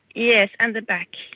yes, and the back,